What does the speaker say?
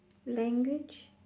language